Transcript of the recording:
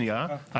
סליחה,